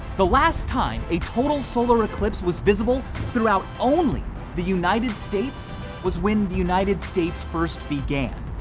the last time a total solar eclipse was visible throughout only the united states was when the united states first began,